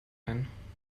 ein